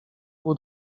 pół